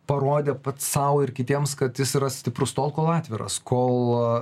parodė pats sau ir kitiems kad jis yra stiprus tol kol atviras kol